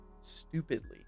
stupidly